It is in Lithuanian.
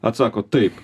atsako taip